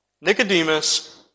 Nicodemus